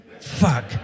Fuck